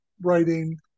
writing